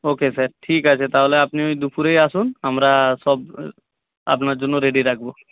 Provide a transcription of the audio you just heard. ওকে sir ঠিক আছে তাহলে আপনি ওই দুপুরেই আসুন আমরা সব আপনার জন্য রেডি রাখব